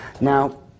Now